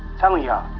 telling y'all.